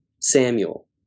Samuel